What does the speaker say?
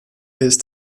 ist